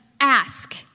ask